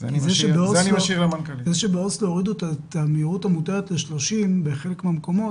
כי זה שבאוסלו הורידו את המהירות המותרת ל-30 בחלק מהמקומות,